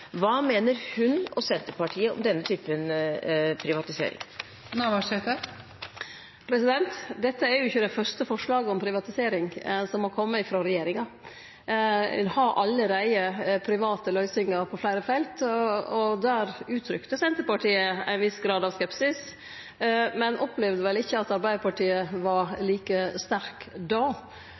Hva mener hun og Senterpartiet om denne typen privatisering? Dette er jo ikkje det fyrste forslaget om privatisering som har kome frå regjeringa, ein har allereie private løysingar på fleire felt, og der uttrykte Senterpartiet ein viss grad av skepsis. Me opplevde vel ikkje at Arbeidarpartiet var like